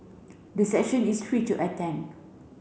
the session is free to attend